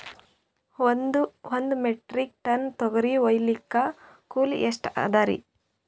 ಒಂದ್ metric tonne ತೊಗರಿ ಹೋಯಿಲಿಕ್ಕ ಕೂಲಿ ಎಷ್ಟ ಅದರೀ?